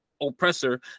oppressor